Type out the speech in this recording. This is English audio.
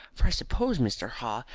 for i suppose, mr. haw,